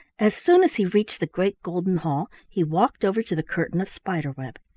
as soon as he reached the great golden hall he walked over to the curtain of spider-web.